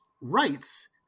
rights